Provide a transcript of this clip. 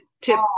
Tip